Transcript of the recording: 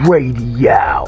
Radio